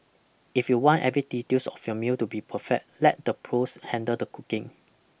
if you want every details of your meal to be perfect let the pros handle the cooking